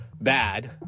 bad